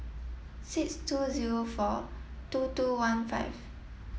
six two zero four two two one five